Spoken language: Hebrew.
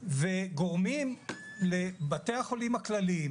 וגורמים לבתי החולים הכלליים